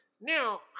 Now